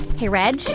hey, reg,